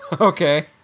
Okay